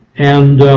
and